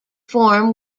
form